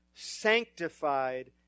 sanctified